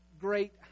great